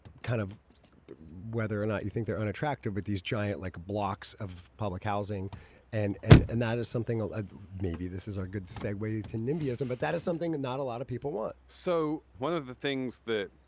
but kind of whether or not you think they're unattractive with these giant like blocks of public housing and and and that is something that ah ah maybe this is a good segway to nimbyism, but that is something and not a lot of people want so one of the things that